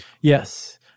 Yes